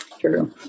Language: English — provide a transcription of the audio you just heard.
true